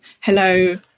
hello